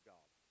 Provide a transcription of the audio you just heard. God